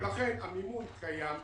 לכן, המימון קיים,